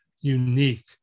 unique